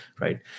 right